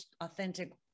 authentic